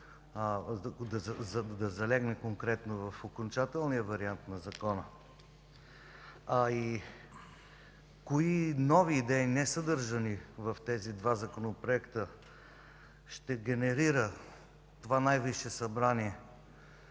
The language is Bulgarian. да залегне конкретно в окончателния вариант на закона, а и кои нови идеи, несъдържащи се в тези два законопроекта, ще генерира това най-висше Събрание